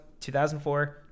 2004